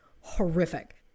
horrific